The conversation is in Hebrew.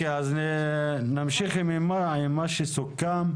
נמשיך עם מה שסוכם.